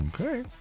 okay